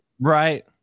Right